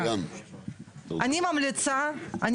אני ממליצה אני